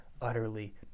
utterly